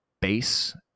base